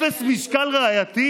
אפס משקל ראייתי?